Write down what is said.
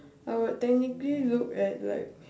I would technically look at like